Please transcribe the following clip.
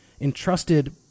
entrusted